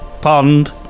Pond